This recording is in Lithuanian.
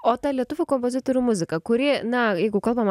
o ta lietuvių kompozitorių muzika kuri na jeigu kalbam